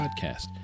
Podcast